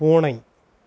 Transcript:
பூனை